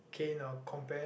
cannot compare